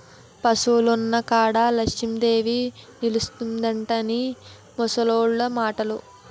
పశువులున్న కాడ లచ్చిందేవి నిలుసుంటుందని ముసలోళ్లు మాటలు